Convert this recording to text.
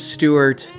Stewart